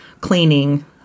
cleaning